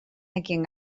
nekien